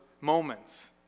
moments